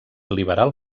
liberal